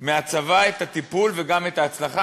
מהצבא, את הטיפול וגם את ההצלחה.